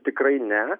tikrai ne